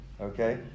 Okay